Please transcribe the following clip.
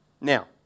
Now